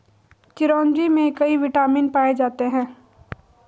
चिरोंजी में कई विटामिन पाए जाते हैं